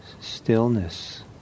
stillness